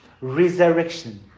resurrection